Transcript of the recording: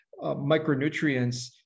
micronutrients